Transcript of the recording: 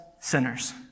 sinners